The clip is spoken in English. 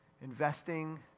investing